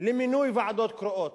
למינוי ועדות קרואות.